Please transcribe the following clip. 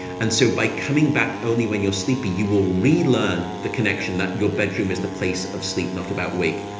and so by coming back only when you're sleepy, you will relearn the connection that your bedroom is the place of sleep, not about wake.